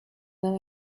then